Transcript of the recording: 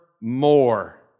more